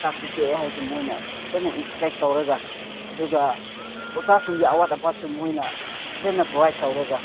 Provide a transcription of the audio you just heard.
ꯇꯥꯛꯄꯒꯦ ꯍꯥꯏꯁꯦ ꯃꯣꯏꯅ ꯆꯠꯂ ꯏꯟꯁꯄꯦꯛ ꯇꯧꯔꯒ ꯑꯗꯨꯒ ꯑꯣꯖꯥꯁꯤꯡꯒꯤ ꯑꯋꯥꯠ ꯑꯄꯥꯁꯨ ꯃꯈꯣꯏꯅ ꯐꯖꯅ ꯄ꯭ꯔꯣꯚꯥꯏꯠ ꯇꯧꯔꯒ